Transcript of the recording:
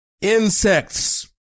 insects